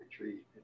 retreat